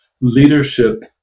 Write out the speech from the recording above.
leadership